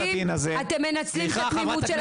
אתם מנצלים את התמימות של הקהילה.